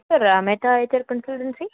sir મેથાએટર consultancy